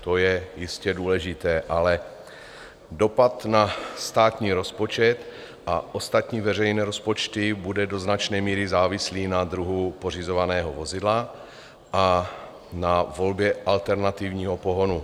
To je jistě důležité, ale dopad na státní rozpočet a ostatní veřejné rozpočty bude do značné míry závislý na druhu pořizovaného vozidla a na volbě alternativního pohonu.